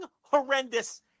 horrendous